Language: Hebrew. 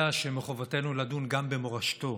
אלא שמחובתנו לדון גם במורשתו,